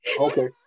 Okay